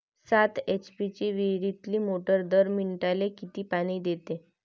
सात एच.पी ची विहिरीतली मोटार दर मिनटाले किती पानी देते?